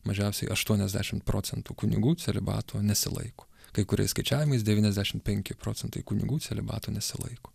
mažiausiai aštuoniasdešim procentų kunigų celibato nesilaiko kai kuriais skaičiavimais devyniasdešim penki procentai kunigų celibato nesilaiko